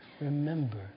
remember